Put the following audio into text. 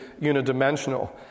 unidimensional